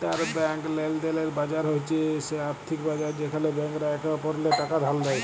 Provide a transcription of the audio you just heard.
interbank লেলদেলের বাজার হছে সে আথ্থিক বাজার যেখালে ব্যাংকরা একে অপরেল্লে টাকা ধার লেয়